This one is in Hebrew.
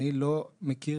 אני לא מכיר,